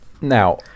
Now